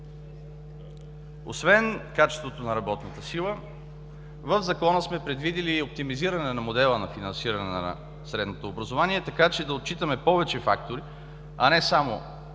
Освен качеството на работната сила, в Закона сме предвидили и оптимизиране на модела на финансиране на средното образование, така че да отчитаме повече фактори, а не само